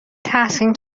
تحسین